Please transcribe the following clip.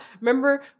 remember